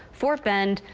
fort bend,